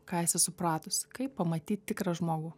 ką esi supratus kaip pamatyt tikrą žmogų